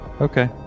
okay